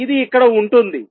ఇది ఇక్కడ ఉంటుంది